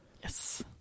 Yes